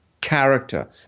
character